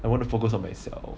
I want to focus on myself